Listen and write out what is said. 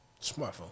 Smartphone